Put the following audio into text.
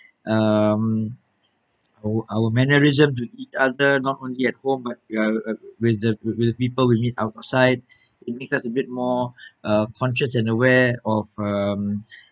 um o~ our mannerisms with each other not only at home but w~ with the with the people we meet outside it makes us a bit more uh conscious and aware of um